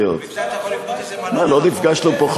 לא נפגשנו פה,